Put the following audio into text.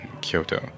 Kyoto